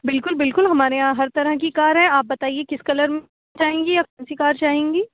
بالکل بالکل ہمارے یہاں ہر طرح کی کار ہے آپ بتائیے کس کلر چاہیں گی کون سی کار چاہیں گی